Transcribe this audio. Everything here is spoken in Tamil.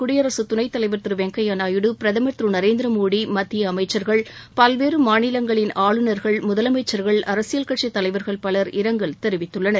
குடியரசு துணைத் தலைவர் திரு வெங்கப்ய நாயுடு பிரதமர் திரு நரேந்திர மோடி மத்திய அமைச்சர்கள் பல்வேறு மாநிலங்களின் ஆளுநர்கள் முதலமைச்சர்கள் அரசியல் கட்சித் தலைவர்கள் பலர் இரங்கல் தெரிவித்துள்ளனர்